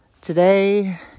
Today